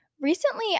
recently